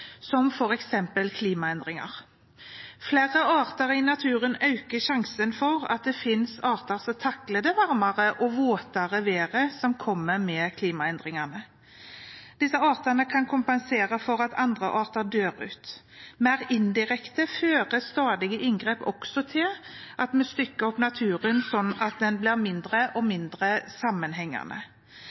som f.eks. klimaendringer. Flere arter i naturen øker sjansen for at det fins arter som takler det varmere og våtere været som kommer med klimaendringene. Disse artene kan kompensere for at andre arter dør ut. Mer indirekte fører stadige inngrep også til at vi stykker opp naturen sånn at den blir mindre og mindre sammenhengende.